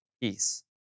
peace